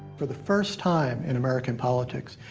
for the first time in american politics,